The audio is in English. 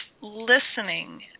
listening